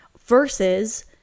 versus